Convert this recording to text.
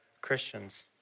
Christians